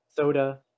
Soda